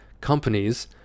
companies